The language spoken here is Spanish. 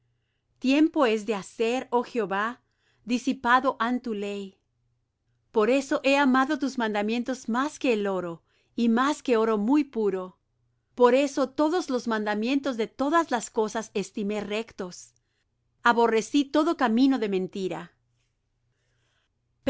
tiempo es de hacer oh jehová disipado han tu ley por eso he amado tus mandamientos más que el oro y más que oro muy puro por eso todos los mandamientos de todas las cosas estimé rectos aborrecí todo camino de mentira